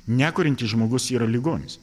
nekuriantis žmogus yra ligonis